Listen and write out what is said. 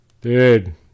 Dude